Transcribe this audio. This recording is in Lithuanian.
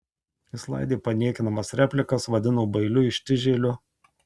jis laidė paniekinamas replikas vadino bailiu ištižėliu